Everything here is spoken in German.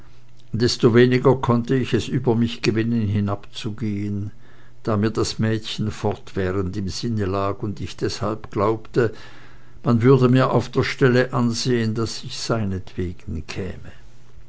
desto weniger konnte ich es über mich gewinnen hinabzugehen da mir das mädchen fortwährend im sinne lag und ich deshalb glaubte man würde mir auf der stelle ansehen daß ich seinetwegen käme